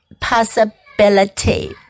possibility